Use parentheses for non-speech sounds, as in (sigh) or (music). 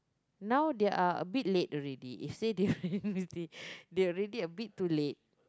now they are a bit late already you say they (laughs) they are already a bit too late